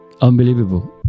unbelievable